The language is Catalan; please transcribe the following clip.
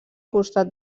costat